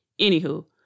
Anywho